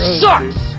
sucks